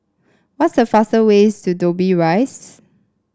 what is the fastest way to Dobbie Rise